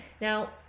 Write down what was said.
Now